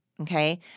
Okay